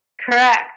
Correct